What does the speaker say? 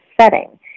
setting